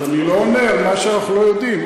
אני לא אומר מה שאנחנו לא יודעים.